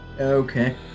Okay